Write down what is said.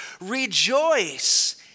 Rejoice